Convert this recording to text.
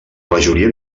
majoria